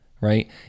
Right